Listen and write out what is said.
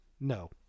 No